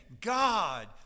God